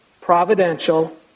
providential